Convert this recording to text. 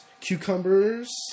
Cucumbers